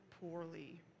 poorly